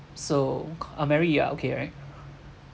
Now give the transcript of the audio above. so uh mary you're okay right